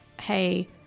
hey